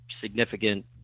significant